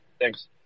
thanks